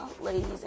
ladies